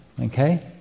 okay